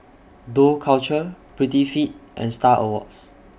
Dough Culture Prettyfit and STAR Awards